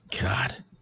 God